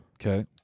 Okay